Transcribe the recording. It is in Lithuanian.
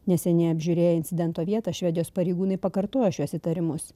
neseniai apžiūrėję incidento vietą švedijos pareigūnai pakartojo šiuos įtarimus